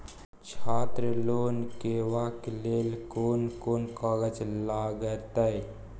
छात्र लोन लेबाक लेल कोन कोन कागज लागतै?